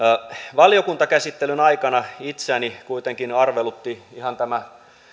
valiokuntakäsittelyn aikana itseäni kuitenkin arvelutti ihan tämä